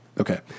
Okay